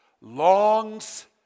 longs